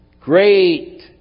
Great